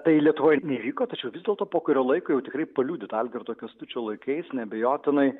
tai lietuvoj neįvyko tačiau vis dėlto po kurio laiko jau tikrai paliudytų algirdo kęstučio laikais neabejotinai